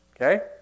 Okay